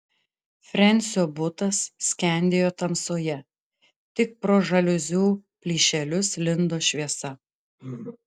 frensio butas skendėjo tamsoje tik pro žaliuzių plyšelius lindo šviesa